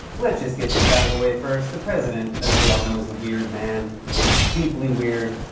let's just get this out of the way first. the president, as we all know, is a weird man deeply weird.